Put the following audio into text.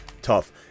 tough